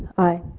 aye.